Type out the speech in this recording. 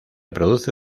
produce